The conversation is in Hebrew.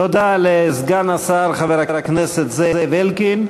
תודה לסגן השר חבר הכנסת זאב אלקין.